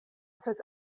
sed